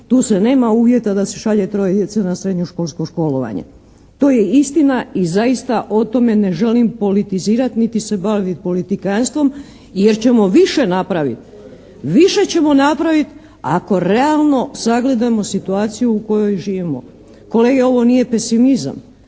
Tu se nema uvjeta da se šalje 3 djece na srednjoškolsko školovanje. To je istina i zaista o tome ne želim politizirati niti se baviti politikantstvom jer ćemo više napraviti, više ćemo napraviti ako realno sagledamo situaciju u kojoj živimo. Kolege, ovo nije pesimizam.